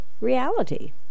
reality